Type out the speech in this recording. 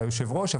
ליושב הראש,